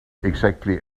exactly